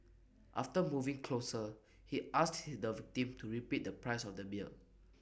after moving closer he asked hit the victim to repeat the price of the beer